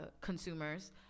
consumers